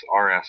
RS